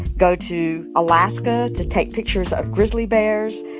go to alaska to take pictures of grizzly bears,